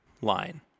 line